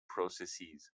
processes